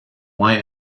why